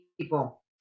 people